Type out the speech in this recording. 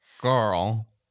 Girl